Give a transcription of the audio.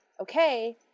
okay